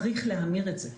צריך להמיר את זה.